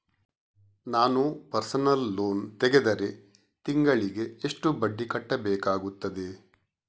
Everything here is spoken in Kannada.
ನಾನು ಪರ್ಸನಲ್ ಲೋನ್ ತೆಗೆದರೆ ತಿಂಗಳಿಗೆ ಎಷ್ಟು ಬಡ್ಡಿ ಕಟ್ಟಬೇಕಾಗುತ್ತದೆ?